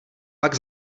pak